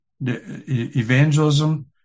Evangelism